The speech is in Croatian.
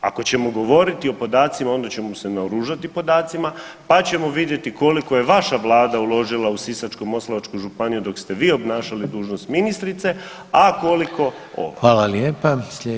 Ako ćemo govoriti o podacima onda ćemo se naoružati podacima pa ćemo vidjeti koliko je vaša vlada uložila u Sisačko-moslavačku županiju dok ste vi obnašali dužnost ministrice, a koliko ova.